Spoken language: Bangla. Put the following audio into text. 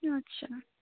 আচ্ছা